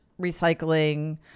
recycling